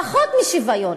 פחות משוויון